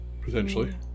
Potentially